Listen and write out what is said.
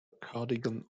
cardigan